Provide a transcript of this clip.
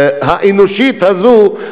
האנושית הזו,